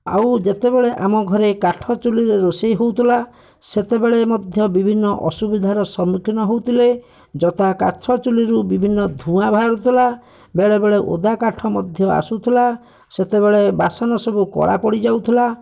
ଆଉ ଯେତେବେଳେ ଆମ ଘରେ କାଠ ଚୂଲିରେ ରୋଷେଇ ହେଉଥିଲା ସେତେବେଳେ ମଧ୍ୟ ବିଭିନ୍ନ ଅସୁବିଧାର ସମ୍ମୁଖୀନ ହେଉଥିଲେ ଯଥା କାଠ ଚୂଲିରୁ ବିଭିନ୍ନ ଧୂଆଁ ବାହାରୁଥିଲା ବେଳେବେଳେ ଓଦା କାଠ ମଧ୍ୟ ଆସୁଥିଲା ସେତେବେଳେ ବାସନ ସବୁ କଳା ପଡ଼ିଯାଉଥିଲା